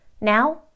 Now